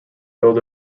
though